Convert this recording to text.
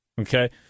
okay